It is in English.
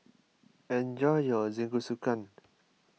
enjoy your Jingisukan